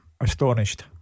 Astonished